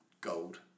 gold